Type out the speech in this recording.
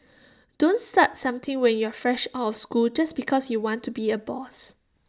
don't start something when you're fresh out of school just because you want to be A boss